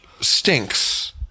stinks